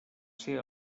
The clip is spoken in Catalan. ser